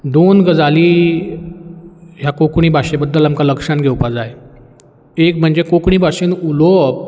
दोन गजाली ह्या कोंकणी भाशे बद्दल आमकां लक्षांत घेवपा जाय एक म्हणजे कोंकणी भाशेन उलोवप